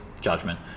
judgment